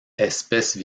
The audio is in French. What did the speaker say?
espèce